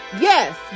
Yes